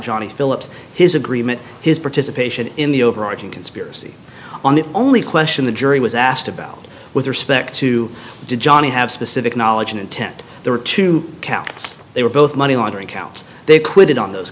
johnny phillips his agreement his participation in the overarching conspiracy on the only question the jury was asked about with respect to johnny have specific knowledge and intent there were two counts they were both money laundering counts they acquitted on those